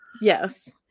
Yes